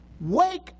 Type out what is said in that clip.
wake